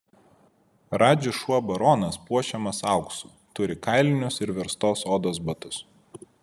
radži šuo baronas puošiamas auksu turi kailinius ir verstos odos batus